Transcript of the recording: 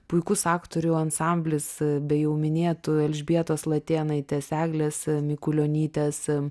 puikus aktorių ansamblis be jau minėtų elžbietos latėnaitės eglės mikulionytės